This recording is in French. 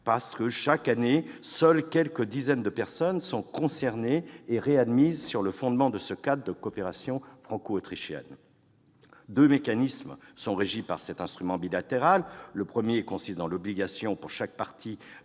; chaque année, en effet, seules quelques dizaines de personnes sont concernées et réadmises sur le fondement de ce cadre de coopération franco-autrichienne. Deux mécanismes sont régis par cet instrument bilatéral. Le premier consiste dans l'obligation, pour chaque partie,